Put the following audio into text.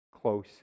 close